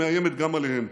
שמאיימת גם עליהן.